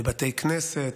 בבתי כנסת,